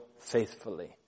faithfully